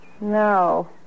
No